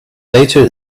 later